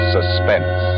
Suspense